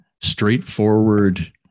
straightforward